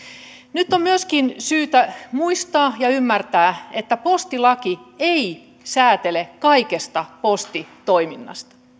nyt on myöskin syytä muistaa ja ymmärtää että postilaki ei säätele kaikesta postitoiminnasta